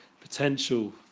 potential